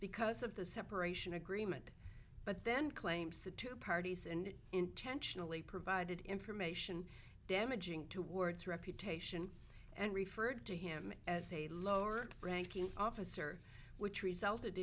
because of the separation agreement but then claims the two parties and intentionally provided information damaging towards reputation and referred to him as a lower ranking officer which resulted